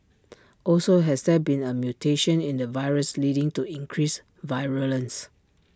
also has there been A mutation in the virus leading to increased virulence